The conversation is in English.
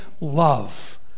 love